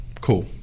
Cool